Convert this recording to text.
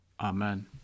Amen